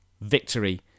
Victory